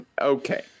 Okay